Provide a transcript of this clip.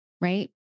right